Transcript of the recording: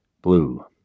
Blue